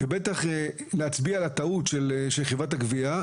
ובטח להצביע על הטעות של חברת הגבייה,